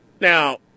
Now